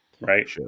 right